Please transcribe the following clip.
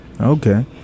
Okay